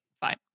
Fine